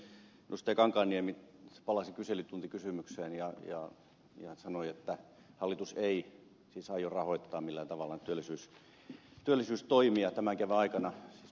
kankaanniemi palasi kyselytuntikysymykseen ja sanoi että hallitus ei siis aio rahoittaa millään tavalla työllisyystoimia tämän kevään aikana